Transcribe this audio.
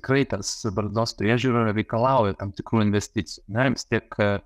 tikrai tas barzdos priežiūra reikalauja tam tikrų investicijų ane vis tiek